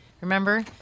Remember